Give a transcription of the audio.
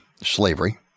slavery